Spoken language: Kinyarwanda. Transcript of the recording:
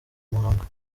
muhanga